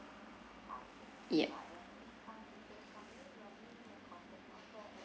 yup